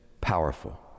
powerful